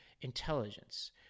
intelligence